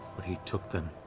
but he took them.